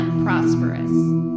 prosperous